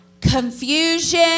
confusion